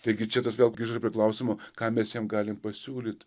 taigi čia tas vėl grįžau prie klausimo ką mes jiem galim pasiūlyt